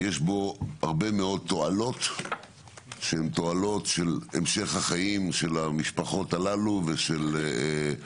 יש בו הרבה מאוד תועלות שהן תועלות של המשך החיים של המשפחות הללו וגם